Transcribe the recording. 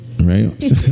right